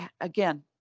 again